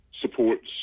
supports